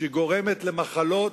שגורמת למחלות,